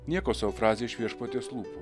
nieko sau frazė iš viešpaties lūpų